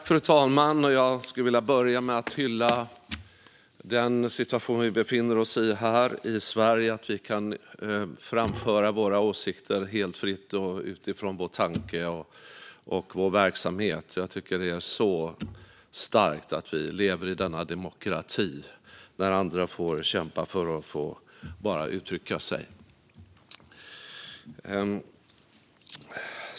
Fru talman! Jag skulle vilja börja med att hylla den situation vi befinner oss i här i Sverige i dag, där vi kan framföra våra åsikter helt fritt utifrån vår tanke och vår verksamhet. Jag tycker att det är så starkt att vi lever i denna demokrati när andra får kämpa bara för att få uttrycka sig.